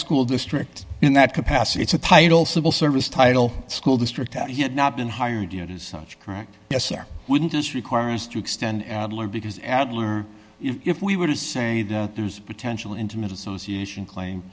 school district in that capacity it's a title civil service title school district and he had not been hired yet as such correct yes or wouldn't this require us to extend adler because adler if we were to say that there is a potential intimate association claim